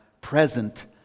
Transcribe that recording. present